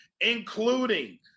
including